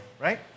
right